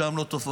שם לא טובות,